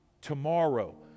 tomorrow